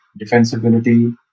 defensibility